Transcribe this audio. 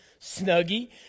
Snuggie